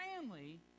family